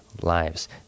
lives